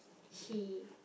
she